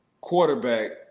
quarterback